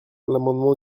l’amendement